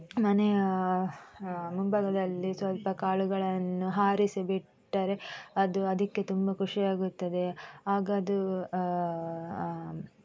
ಮನೆಯ ಮುಂಭಾಗದಲ್ಲಿ ಸ್ವಲ್ಪ ಕಾಳುಗಳನ್ನು ಹಾರಿಸಿ ಬಿಟ್ಟರೆ ಅದು ಅದಕ್ಕೆ ತುಂಬ ಖುಷಿಯಾಗುತ್ತದೆ ಆಗ ಅದು